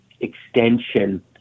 extension